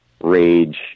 rage